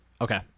Okay